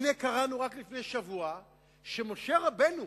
הנה קראנו רק לפני שבוע שמשה רבנו,